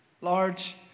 Large